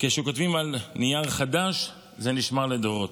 וכשכותבים על נייר חדש, זה נשמר לדורות.